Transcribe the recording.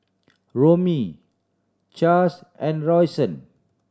Romie Chaz and Rayshawn